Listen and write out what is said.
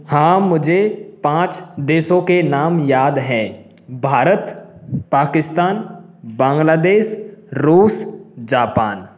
हाँ मुझे पाँच देशों के नाम याद है भारत पाकिस्तान बांग्लादेश रूस जापान